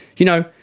you know,